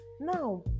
now